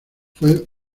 fue